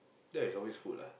that's always food lah